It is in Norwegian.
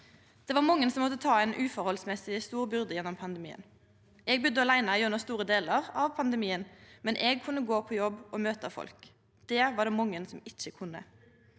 Det var mange som måtte ta ei uforholdsmessig stor byrde gjennom pandemien. Eg budde åleine gjennom store delar av pandemien, men eg kunne gå på jobb og møta folk. Det var det mange som ikkje kunne.